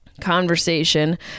conversation